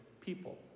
people